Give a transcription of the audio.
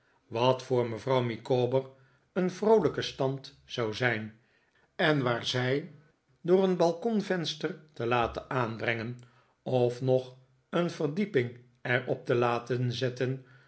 wat voor mevrouw micawber een vroolijke stand zou zijn en waar zij door een balkonvenster te laten aanbrengen of nog een verdieping er op te